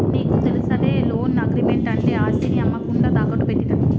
నీకు తెలుసటే, loan agreement అంటే ఆస్తిని అమ్మకుండా తాకట్టు పెట్టినట్టు